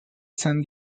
san